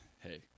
hey